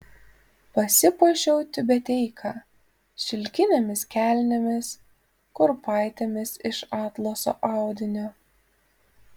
pasipuošiau tiubeteika šilkinėmis kelnėmis kurpaitėmis iš atlaso audinio